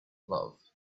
love